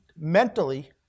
mentally